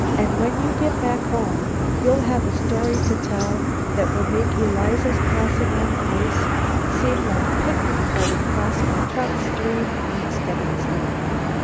and when you get back home you'll have a story to tell that will make eliza's crossing on the ice seem like a picnic party crossing a trout stream on stepping-stones.